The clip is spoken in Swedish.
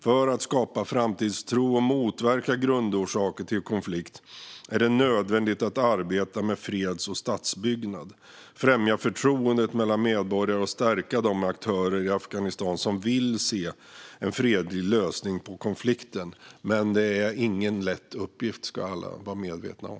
För att skapa framtidstro och motverka grundorsaker till konflikt är det nödvändigt att arbeta med freds och statsbyggnad, främja förtroendet mellan medborgare och stärka de aktörer i Afghanistan som vill se en fredlig lösning på konflikten. Men det är ingen lätt uppgift, ska alla vara medvetna om.